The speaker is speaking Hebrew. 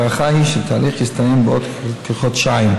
ההערכה היא שהתהליך יסתיים בעוד כחודשיים.